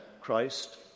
Christ